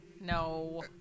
No